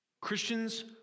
Christians